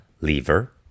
lever